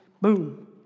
boom